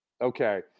Okay